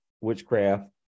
witchcraft